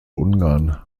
ungarn